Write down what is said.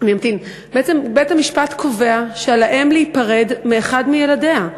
בעצם בית-המשפט קובע שעל האם להיפרד מאחד מילדיה.